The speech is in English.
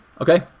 Okay